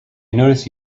notice